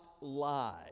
lie